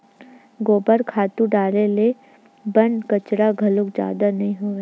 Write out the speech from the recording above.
गोबर खातू डारे ले बन कचरा घलो जादा नइ होवय